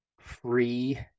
free